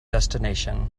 destination